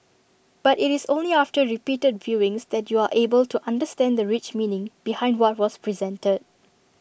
but IT is only after repeated viewings that you are able to understand the rich meaning behind what was presented